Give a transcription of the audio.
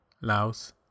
Laos